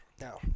Now